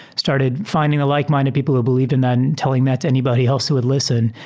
started finding the like minded people who believed in then telling that to anybody else who would lis and